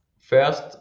first